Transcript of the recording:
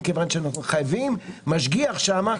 כי חייבים משגיח שם.